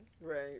Right